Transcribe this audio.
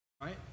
right